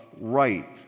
right